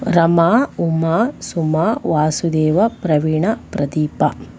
Rama Uma Suma Vasudeva Praveena Pradeep